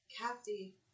Kathy